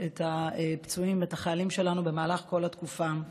את הפצועים ואת החיילים שלנו במהלך כל התקופה.